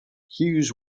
hughes